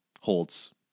holds